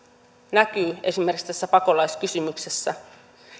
näkyy esimerkiksi tässä pakolaiskysymyksessä